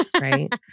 Right